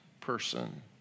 person